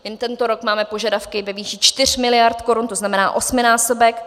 Jen tento rok máme požadavky ve výši čtyř miliard korun, to znamená osminásobek.